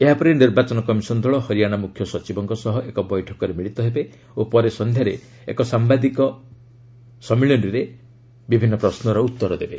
ଏହାପରେ ନିର୍ବାଚନ କମିଶନ ଦଳ ହରିୟାଣା ମୁଖ୍ୟ ସଚିବଙ୍କ ସହ ଏକ ବୈଠକରେ ମିଳିତ ହେବେ ଓ ପରେ ସନ୍ଧ୍ୟାରେ ଏକ ସାମ୍ଭାଦିକମାନଙ୍କ ପ୍ରଶ୍ନର ଉତ୍ତର ଦେବେ